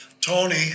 Tony